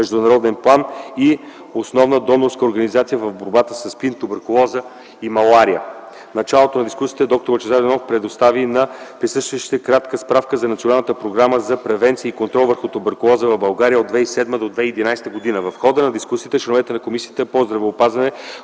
международен план и основна донорска организация в борбата със СПИН, туберкулоза и малария. В началото на дискусията д-р Лъчезар Иванов представи на присъстващите кратка справка за Националната програма за превенция и контрол върху туберкулозата в България от 2007 до 2011 г. В хода на дискусията членовете на Комисията по здравеопазването